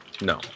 no